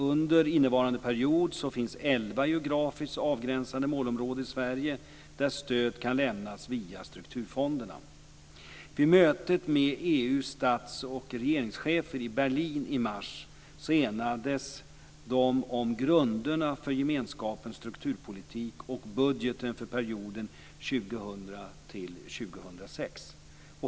Under innevarande period finns elva geografiskt avgränsade målområden i Sverige där stöd kan lämnas via strukturfonderna. Berlin i mars enades de om grunderna för gemenskapens strukturpolitik och budgeten för perioden 2000 2006.